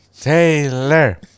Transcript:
Taylor